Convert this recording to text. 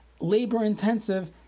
labor-intensive